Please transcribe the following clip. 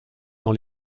dans